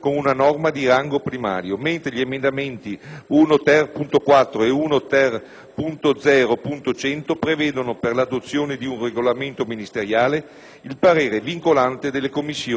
1-*ter*.0.100 prevedono, per l'adozione di un regolamento ministeriale, il parere vincolante delle competenti Commissioni parlamentari».